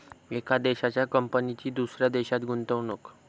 एका देशाच्या कंपनीची दुसऱ्या देशात गुंतवणूक